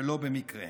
ולא במקרה.